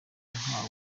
yahawe